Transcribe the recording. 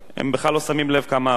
הם בכלל לא שמים לב כמה עבר,